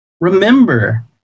remember